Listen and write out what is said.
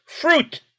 fruit